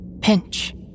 Pinch